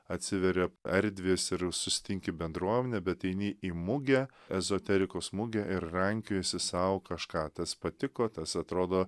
atsiveria erdvės ir susitinki bendruomenę bet eini į mugę ezoterikos mugę ir rankiojiesi sau kažką tas patiko tas atrodo